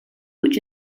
which